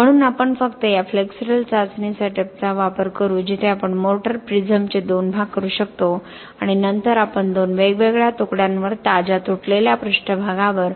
म्हणून आपण फक्त या फ्लेक्सरल चाचणी सेटअपचा वापर करू जिथे आपण मोटर प्रिझमचे दोन भाग करू शकतो आणि नंतर आपण दोन वेगवेगळ्या तुकड्यांवर ताज्या तुटलेल्या पृष्ठभागावर